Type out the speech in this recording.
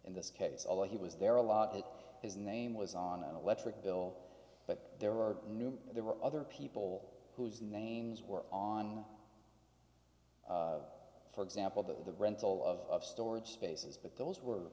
in this case although he was there a lot if his name was on an electric bill but there were new there were other people whose names were on for example the rental of storage spaces but those were